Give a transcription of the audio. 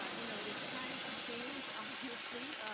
ah you know it is time for change obviously,